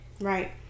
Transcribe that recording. Right